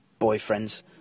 boyfriends